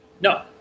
No